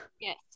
Yes